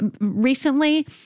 recently